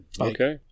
Okay